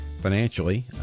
financially